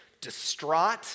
distraught